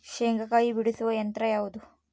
ಶೇಂಗಾಕಾಯಿ ಬಿಡಿಸುವ ಯಂತ್ರ ಯಾವುದು?